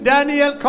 Daniel